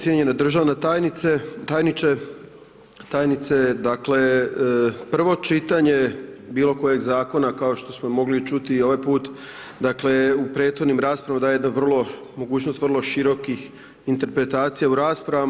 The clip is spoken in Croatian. Cijenjena državna tajnice, tajniče, tajnice, dakle, prvo čitanje bilo kojeg Zakona, kao što smo mogli čuti i ovaj put, dakle, u prethodnim raspravama daje jednu vrlo, mogućnost vrlo širokih interpretacija u raspravama.